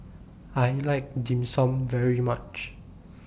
I like Dim Sum very much